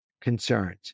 concerns